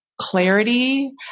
clarity